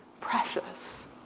precious